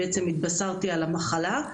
בעצם התבשרתי על המחלה,